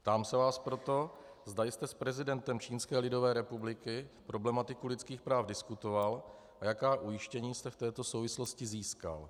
Ptám se vás proto, zda jste s prezidentem Čínské lidové republiky problematiku lidských práv diskutoval a jaká ujištění jste v této souvislosti získal.